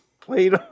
played